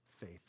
faith